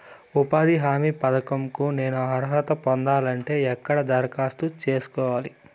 ఉపాధి హామీ పథకం కు నేను అర్హత పొందాలంటే ఎక్కడ దరఖాస్తు సేసుకోవాలి?